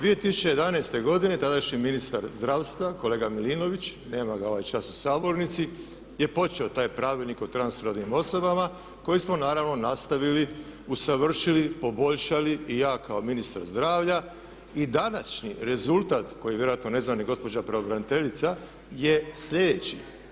2011.godine tadašnji ministar zdravstva, kolega Milinović, nema ga ovaj čas u sabornici je počeo taj Pravilnik o trans rodnim osobama koji smo naravno nastavili, usavršili, poboljšali i ja kao ministar zdravlja i današnji rezultat koji vjerojatno ne zna ni gospođa pravobraniteljica je sljedeći.